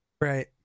Right